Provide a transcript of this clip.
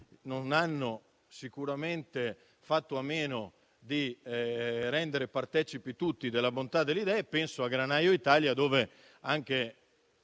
non hanno sicuramente fatto a meno di rendere partecipi tutti della bontà delle idee. Penso, ad esempio, a Granaio Italia; anche